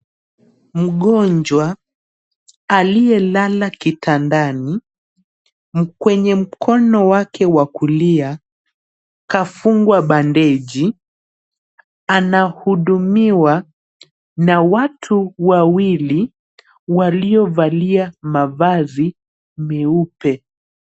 Mgonjwa aliyelala kitandani kwenye mkono wake wa kulia kafungwa bandeji anahudumiwa na watu wawili waliovalia mavazi meupe.